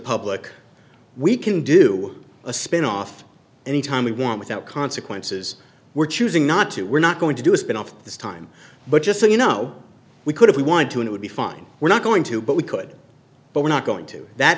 public we can do a spin off anytime we want without consequences we're choosing not to we're not going to do a spin off this time but just so you know we could if we wanted to it would be fine we're not going to but we could but we're not going to that